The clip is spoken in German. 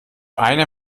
einer